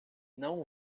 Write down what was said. não